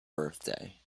birthday